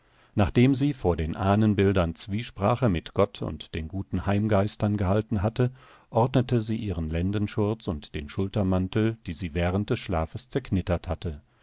nachdem sie vor den ahnenbildern zwiesprache mit gott und den guten heimgeistern gehalten hatte ordnete sie ihren lendenschurz und den schultermantel die sie während des schlafes zerknittert hatte